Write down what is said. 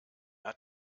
hat